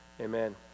amen